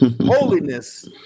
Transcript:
holiness